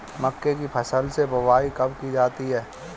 मक्के की फसल की बुआई कब की जाती है?